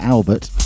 Albert